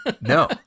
No